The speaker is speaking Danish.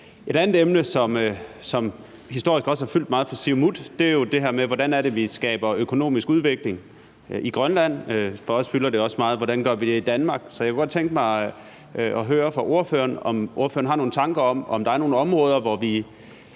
Et andet emne, som historisk også har fyldt meget for Siumut, er jo det her med, hvordan vi skaber økonomisk udvikling i Grønland, og for os fylder det også meget, hvordan vi gør det i Danmark. Så jeg kunne godt tænke mig at høre fra ordføreren, om ordføreren har nogle tanker om, om der er nogle områder, hvor vi